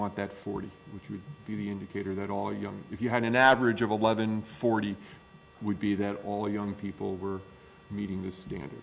want that forty would be the indicator that all young if you had an average of eleven forty would be that all young people were meeting